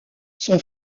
son